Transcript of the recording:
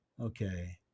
Okay